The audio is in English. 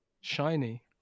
shiny